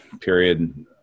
period